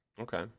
Okay